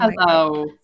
hello